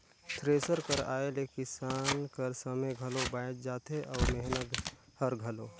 thresher कर आए ले किसान कर समे घलो बाएच जाथे अउ मेहनत हर घलो